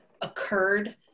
occurred